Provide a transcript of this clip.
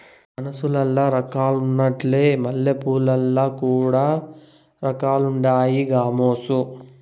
మనుసులల్ల రకాలున్నట్లే మల్లెపూలల్ల కూడా రకాలుండాయి గామోసు